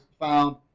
found